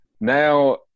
now